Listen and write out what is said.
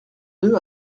deux